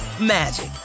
magic